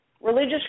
religious